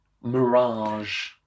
Mirage